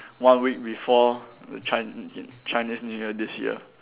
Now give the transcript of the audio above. one week before the Chine~ Chinese new year this year